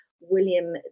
William